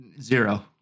Zero